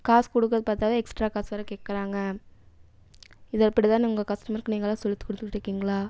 காசு கொடுக்கிறது பற்றாத எக்ஸ்ட்ரா காசு வேறு கேட்குறாங்க இதை இப்படித்தான் உங்கள் கஸ்டமருக்கு நீங்களாக சொல்லி கொடுத்துட்டு இருக்கீங்களா